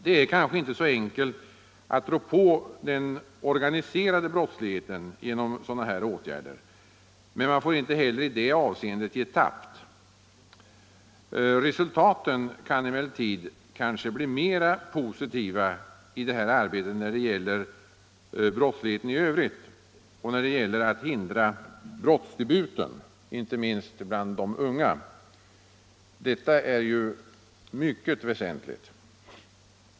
Det är kanske inte så enkelt att rå på den organiserade brottsligheten genom sådana här åtgärder, men man får inte heller i detta avseende ge tappt. Resultaten kan emellertid kanske bli mera positiva i det här arbetet när det gäller brottsligheten i övrigt och när det gäller att hindra brottsdebuten, inte minst bland de unga. Detta är mycket väsentligt.